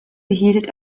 behielt